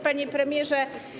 Panie Premierze!